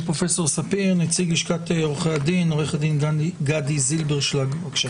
נציג לשכת עורכי הדין, עו"ד גדי זילברשלג, בבקשה.